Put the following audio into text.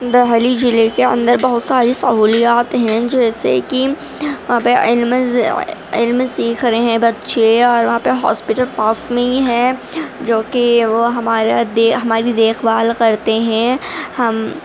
دہلی ضلعے کے اندر بہت ساری سہولیات ہیں جیسے کہ علم سیکھ رہے ہیں بچے اور وہاں پہ ہاسپٹل پاس میں ہی ہے جو کہ وہ ہمارا ہماری دیکھ بھال کرتے ہیں ہم